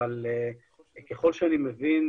אבל ככל שאני מבין